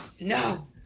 no